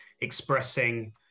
expressing